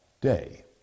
day